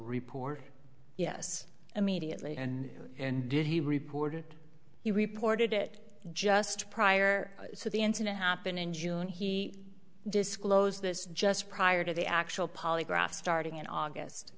report yes immediately and and did he reported he reported it just prior to the incident happened in june he disclosed this just prior to the actual polygraph starting in august